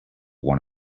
one